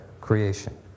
creation